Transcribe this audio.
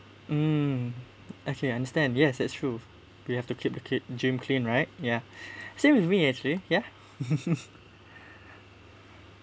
mm okay understand yes that's true we have to keep the kid gym clean right ya same with me actually ya